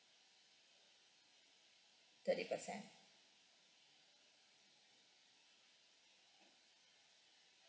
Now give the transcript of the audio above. thirty percent